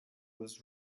was